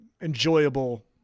enjoyable